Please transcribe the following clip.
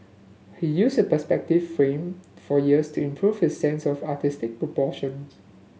he used a perspective frame for years to improve his sense of artistic proportion